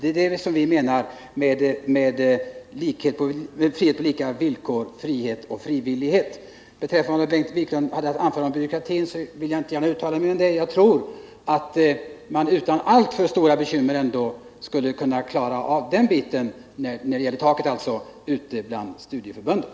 Det är det som vi menar med frihet och frivillighet på lika villkor. Bengt Wiklunds uttalande om byråkrati vill jag inte gärna kommentera. Jag tror dock att man utan alltför stora bekymmer ute bland studieförbunden skulle xunna klara av den bit som gäller taket.